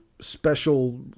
special